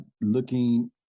looking